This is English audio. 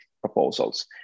proposals